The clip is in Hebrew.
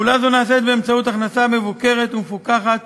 פעולה זו נעשית באמצעות הכנסה מבוקרת ומפוקחת